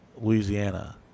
Louisiana